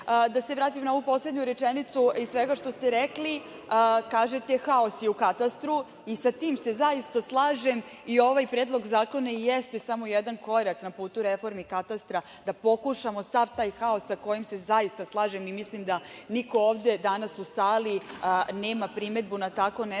da se vratim na ovu poslednju rečenicu. Iz svega što ste rekli, kažete haos je u katastru i sa tim se zaista slažem i ovaj Predlog zakona i jeste samo jedan korak na putu reformi katastra, da pokušamo sav taj haos sa kojim se… Zaista se slažem i mislim da niko ovde danas u sali nema primedbu za tako nešto,